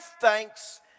thanks